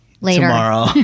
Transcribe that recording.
later